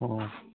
ꯎꯝ